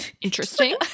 interesting